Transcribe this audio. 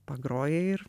pagrojai ir